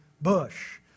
bush